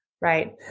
Right